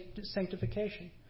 sanctification